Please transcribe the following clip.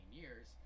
years